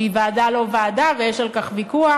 שהיא ועדה-לא-ועדה, ויש על כך ויכוח,